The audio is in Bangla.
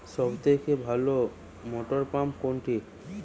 সবথেকে ভালো মটরপাম্প কোনটি?